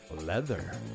Leather